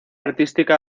artística